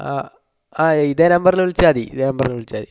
അ ആ ഇതേ നമ്പറിൽ വിളിച്ചാൽ മതി ഇതേ നമ്പറിൽ വിളിച്ചാൽ മതി